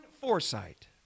foresight